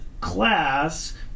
class